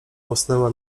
usnęła